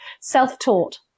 self-taught